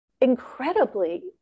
incredibly